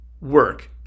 work